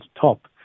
top